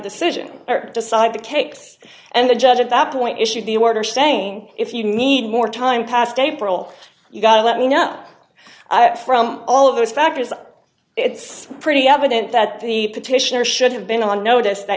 decision or decide to cakes and the judge at that point issued the order saying if you need more time past april you gotta let me know i from all of those factors it's pretty evident that the petitioner should have been on notice that